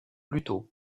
plutôt